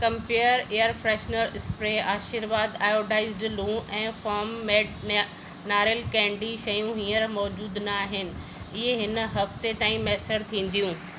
compare air freshener spray Aashirvaad iodised लूण ऐं farm made नारेलु केंडी शयूं हींअर मौजूद न आहिनि इहे हिन हफ़्ते ताईं मैसर थींदियूं